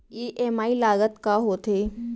EMI लागत का होथे?